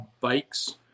bikes